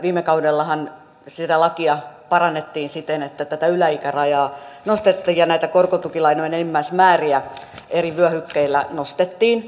viime kaudellahan sitä lakia parannettiin siten että tätä yläikärajaa nostettiin ja korkotukilainojen enimmäismääriä eri vyöhykkeillä nostettiin